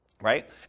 Right